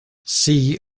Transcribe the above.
see